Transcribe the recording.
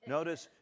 Notice